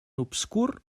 obscur